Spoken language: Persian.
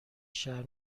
شهر